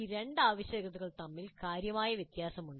ഈ രണ്ട് ആവശ്യകതകൾ തമ്മിൽ കാര്യമായ വ്യത്യാസമുണ്ട്